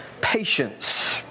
patience